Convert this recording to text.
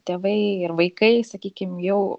tėvai ir vaikai sakykim jau